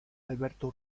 alberto